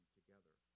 together